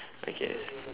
I guess